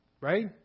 Right